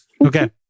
Okay